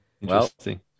Interesting